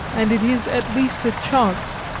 and it is at least a chance,